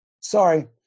Sorry